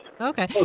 Okay